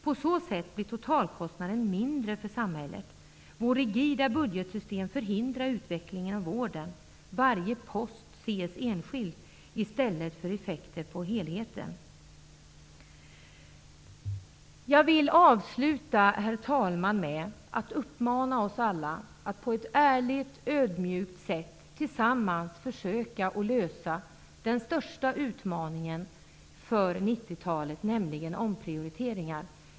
På så sätt blir totalkostnaden mindre för samhället. Vårt rigida budgetsystem förhindrar utvecklingen inom vården. Varje post ses enskilt i stället för till dess effekter på helheten. Herr talman! Jag vill avsluta med att uppmana oss alla att på ett ärligt, ödmjukt sätt tillsammans försöka anta den största utmaningen inför 90-talet, nämligen omprioriteringar.